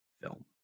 film